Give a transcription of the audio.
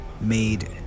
made